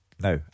Now